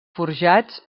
forjats